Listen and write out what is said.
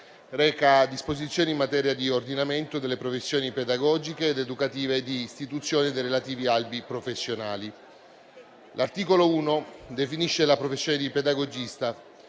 reca disposizioni in materia di ordinamento delle professioni pedagogiche ed educative e istituzione dei relativi albi professionali. L'articolo 1 definisce la professione di pedagogista.